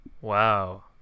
wow